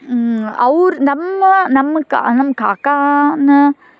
ಅವ್ರು ನಮ್ಮ ನಮ್ಗೆ ನಮ್ಮ ಕಾಕಾನ